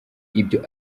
ibyo